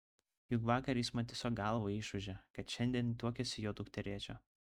juk vakar jis man tiesiog galvą išūžė kad šiandien tuokiasi jo dukterėčia